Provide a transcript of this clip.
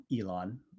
Elon